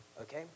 Okay